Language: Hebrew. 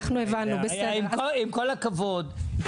עם כל הכבוד,